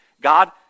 God